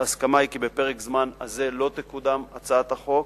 ההסכמה היא כי בפרק הזמן הזה לא תקודם הצעת החוק.